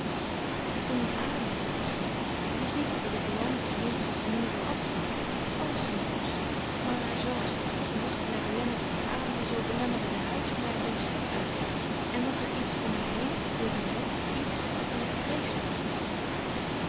ik kon niet ademen zei ottilie het is niet dat ik land menschen familie wil afbreken het heeft alles zijn goeds maar zoo als de grauwe luchten mij belemmerden te ademen zoo belemmerden de huizen mij mijn stem uit te zetten en was er iets om mij heen ik weet niet wat iets dat ik vreeslijk vond